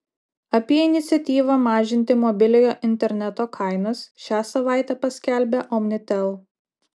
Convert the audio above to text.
apie iniciatyvą mažinti mobiliojo interneto kainas šią savaitę paskelbė omnitel